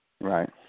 Right